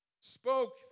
spoke